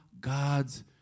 God's